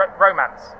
Romance